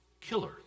killer